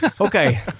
Okay